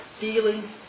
feeling